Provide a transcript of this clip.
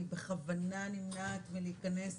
אני בכוונה נמנעת מלהיכנס